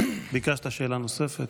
ביקשת שאלה נוספת.